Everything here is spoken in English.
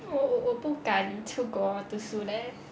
我我我不敢出国读书 leh